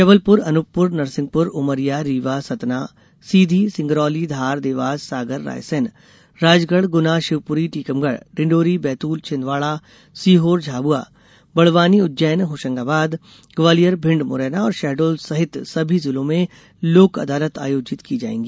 जबलपुर अनूपपुर नरसिंहपुर उमरिया रीवा सतना सीधी सिंगरौली धार देवास सागर रायसेन राजगढ़ गुना शिवपुरी टीकमगढ़ डिंडौरी बैतूल छिंदवाड़ा सीहोर झाबुआ बड़वानी उज्जैन होशंगाबाद ग्वालियर भिंड मुरैना और शहडोल सहित सभी जिलों में लोक अदालत आयोजित की जायेंगी